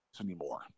anymore